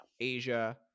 Asia